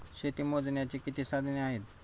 शेती मोजण्याची किती साधने आहेत?